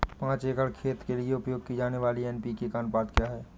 पाँच एकड़ खेत के लिए उपयोग की जाने वाली एन.पी.के का अनुपात क्या है?